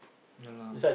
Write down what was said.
no lah